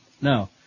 No